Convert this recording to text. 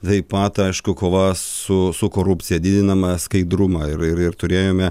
taip pat aišku kova su su korupcija didinama skaidrumą ir ir turėjome